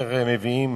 כאשר מביאים